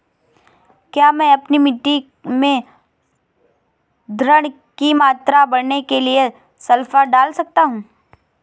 क्या मैं अपनी मिट्टी में धारण की मात्रा बढ़ाने के लिए सल्फर डाल सकता हूँ?